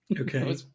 Okay